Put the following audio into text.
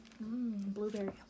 blueberry